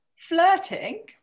Flirting